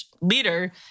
leader